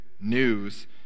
news